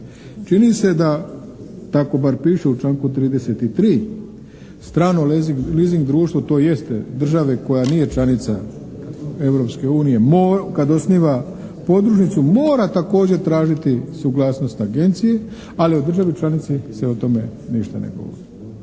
Čini se da, tako bar piše u članku 33. strano leasing društvo tj. države koja nije članica Europske unije kad osniva podružnicu mora također tražiti suglasnost agencije, ali o državi članici se o tome ništa ne govori.